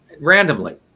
randomly